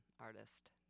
artist